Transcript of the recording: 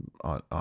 on